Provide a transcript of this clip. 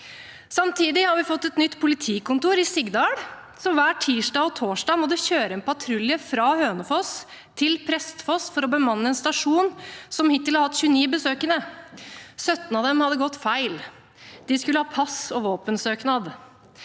Samtidig har vi fått et nytt politikontor i Sigdal, og hver tirsdag og torsdag må det kjøre en patrulje fra Hønefoss til Prestfoss for å bemanne en stasjon som hittil har hatt 29 besøkende. Av disse hadde 17 gått feil. De skulle ha pass og våpensøknad.